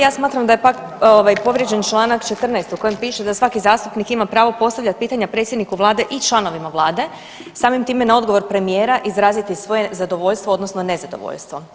Ja smatram da je pak povrijeđen čl. 14. u kojem piše da svaki zastupnik ima pravo postavljati pitanja predsjedniku Vlade i članovima Vlade samim time na odgovor premijera izraziti svoje zadovoljstvo odnosno nezadovoljstvo.